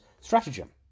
stratagem